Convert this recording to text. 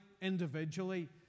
individually